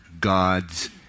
God's